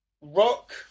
Rock